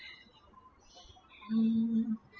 um